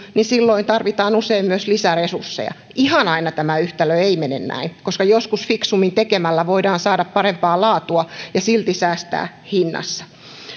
niin silloin tarvitaan usein myös lisäresursseja ihan aina tämä yhtälö ei mene näin koska joskus fiksummin tekemällä voidaan saada parempaa laatua ja silti säästää hinnassa